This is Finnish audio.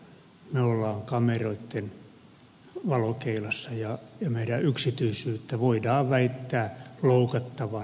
me olemme kameroitten valokeilassa ja meidän yksityisyyttämme voidaan väittää loukattavan